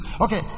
okay